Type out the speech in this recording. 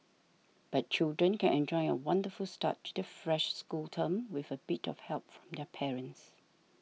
but children can enjoy a wonderful start to the fresh school term with a bit of help from their parents